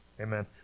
Amen